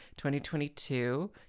2022